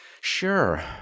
Sure